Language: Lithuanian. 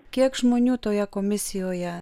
kiek žmonių toje komisijoje